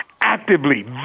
actively